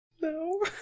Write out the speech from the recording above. No